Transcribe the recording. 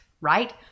right